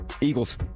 Eagles